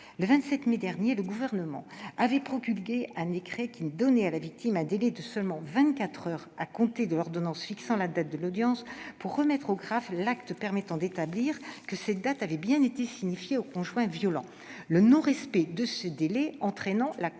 Le 27 mai dernier, le Gouvernement avait promulgué un décret donnant à la victime un délai de seulement vingt-quatre heures à compter de l'ordonnance fixant la date de l'audience pour remettre au greffe l'acte permettant d'établir que cette date avait bien été signifiée au conjoint violent, le non-respect de ce délai entraînant la caducité